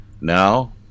Now